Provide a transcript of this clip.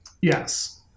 Yes